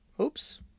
Oops